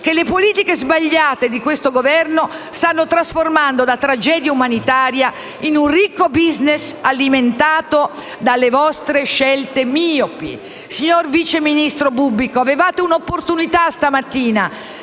che le politiche sbagliate di questo Governo stanno trasformando da tragedia umanitaria a ricco *business* alimentato dalle vostre scelte miopi. Signor vice ministro Bubbico, avevate una opportunità stamattina